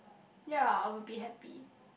ya I will be happy